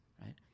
right